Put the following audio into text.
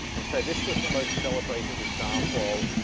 and so this was the most celebrated example